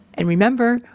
and remember,